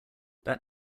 that